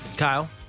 Kyle